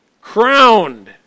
Crowned